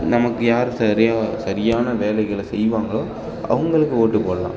நமக்கு யார் சரியா சரியான வேலைகளை செய்வாங்களோ அவங்களுக்கு ஓட்டு போடலாம்